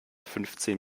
fünfzehn